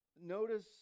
notice